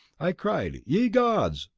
i cried ye gods!